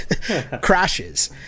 Crashes